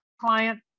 client